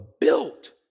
built